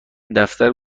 دفتر